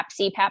CPAP